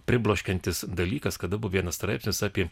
pribloškiantis dalykas kada buvo vienas straipsnis apie